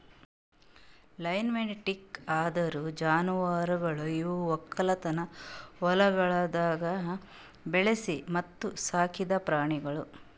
livestock ಅಂದುರ್ ಜಾನುವಾರುಗೊಳ್ ಇವು ಒಕ್ಕಲತನದ ಹೊಲಗೊಳ್ದಾಗ್ ಬೆಳಿಸಿ ಮತ್ತ ಸಾಕಿದ್ ಪ್ರಾಣಿಗೊಳ್